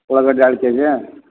ಉಳ್ಳಗಡ್ದೆ ಆರು K G